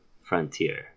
frontier